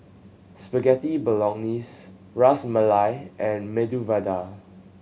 Spaghetti Bolognese Ras Malai and Medu Vada